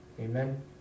Amen